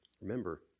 Remember